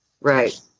Right